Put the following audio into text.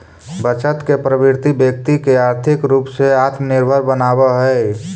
बचत के प्रवृत्ति व्यक्ति के आर्थिक रूप से आत्मनिर्भर बनावऽ हई